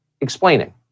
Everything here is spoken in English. explaining